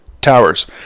towers